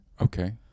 Okay